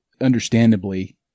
understandably